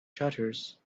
shutters